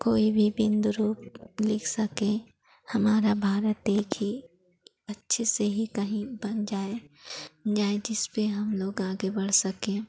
कोई भी बिन्दु रूप लिख सकें हमारा भारत एक ही अच्छे से ही कहीं बन जाए जाएँ जिसपर हम लोग आगे बढ़ सकें